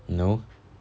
no